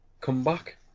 comeback